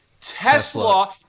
Tesla